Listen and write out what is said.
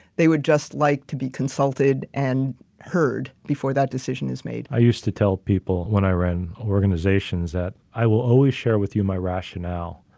they would just like to be consulted and heard before that decision is made. i used to tell people when i ran organizations that i will always share with you my rationale,